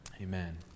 Amen